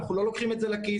אנחנו לא לוקחים את זה לכיס,